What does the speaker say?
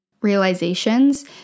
realizations